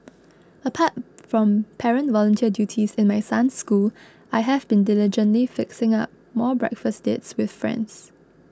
apart from parent volunteer duties in my son's school I have been diligently fixing up more breakfast dates with friends